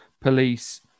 police